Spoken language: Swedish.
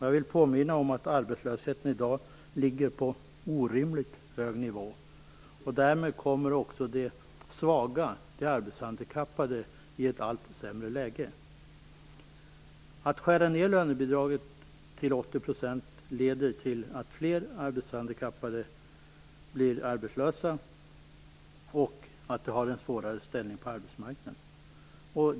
Jag vill påminna om att arbetslösheten i dag ligger på en orimligt hög nivå. Därmed kommer också de svaga, de arbetshandikappade, i ett allt sämre läge. Att skära ned lönebidraget till 80 % leder till att fler arbetshandikappade blir arbetslösa och att de får en svårare ställning på arbetsmarknaden.